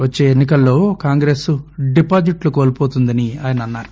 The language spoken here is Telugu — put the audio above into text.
వచ్చే ఎన్ని కల్లో కాంగ్రెస్ డిపాజిట్లు కోల్పోతుందన్నారు